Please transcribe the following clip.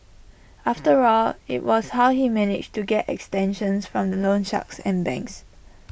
after all IT was how he managed to get extensions from the loan shark and banks